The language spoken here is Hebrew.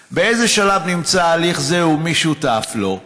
3. באיזה שלב נמצא הליך זה, ומי שותף לו?